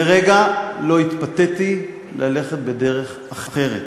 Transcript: לרגע לא התפתיתי ללכת בדרך אחרת,